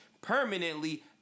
permanently